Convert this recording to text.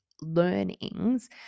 learnings